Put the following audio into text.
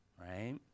right